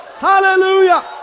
Hallelujah